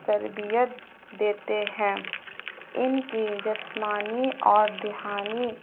تربیت دیتے ہیں ان کی جسمانی اور ذہنی